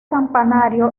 campanario